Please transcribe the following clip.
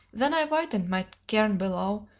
then i widened my cairn below,